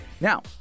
Now